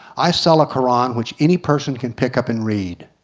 i sell a koran which any person can pick up and read.